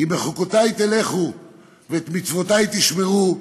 "אם בחֻקֹתי תלכו ואת מצוֹתי תשמרו,